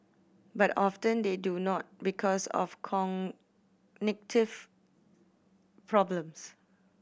but often they do not because of cognitive problems